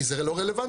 כי זה לא רלוונטי.